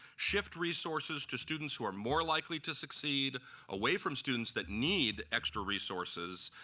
shift resources to students who are more likely to succeed away from students that need extra resources,